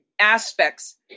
aspects